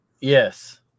Yes